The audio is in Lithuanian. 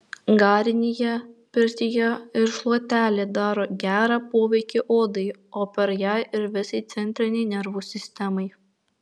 garinėje pirtyje ir šluotelė daro gerą poveikį odai o per ją ir visai centrinei nervų sistemai